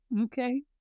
Okay